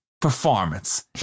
performance